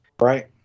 Right